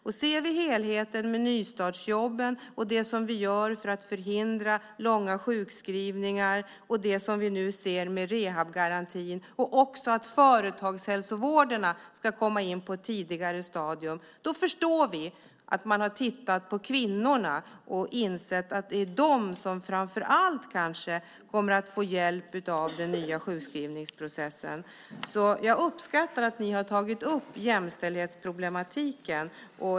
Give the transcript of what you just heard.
Om vi ser helheten med nystartsjobben, det som vi gör för att förhindra långa sjuskrivningar, rehabgarantin och att företagshälsovården ska komma in på ett tidigare stadium förstår vi att man har sett till kvinnorna och insett att det framför allt är de som kommer att få hjälp av den nya sjukskrivningsprocessen. Jag uppskattar att ni har tagit upp jämställdhetsproblematiken.